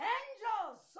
angels